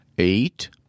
Eight